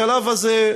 בשלב הזה,